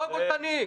קודם כל תניק.